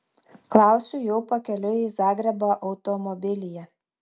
klausiu jau pakeliui į zagrebą automobilyje